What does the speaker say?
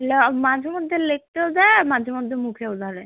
ল মাঝে মধ্যে লিখতেও দেয় আর মাঝে মধ্যে মুখেও ধরে